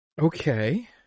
Okay